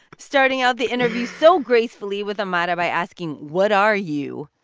starting out the interview so gracefully with amara by asking, what are you?